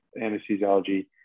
anesthesiology